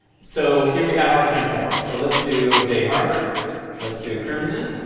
so, here we have our same form. so let's do jharvard. lets' do crimson.